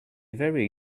very